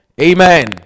Amen